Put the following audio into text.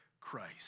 Christ